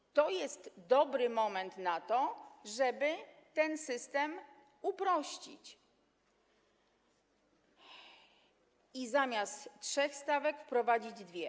I to jest dobry moment, żeby ten system uprościć i zamiast trzech stawek wprowadzić dwie.